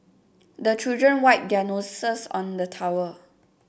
the children wipe their noses on the towel